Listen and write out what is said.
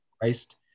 Christ